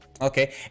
Okay